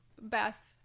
beth